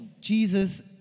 Jesus